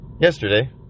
yesterday